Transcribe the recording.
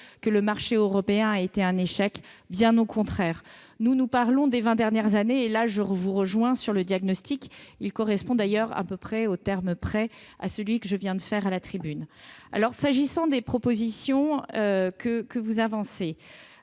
que le marché européen a été un échec, bien au contraire. Nous, nous parlons des vingt dernières années. Je vous rejoins sur le diagnostic, il correspond d'ailleurs, au terme près, à celui que je viens de faire à la tribune. S'agissant des propositions que vous avancez,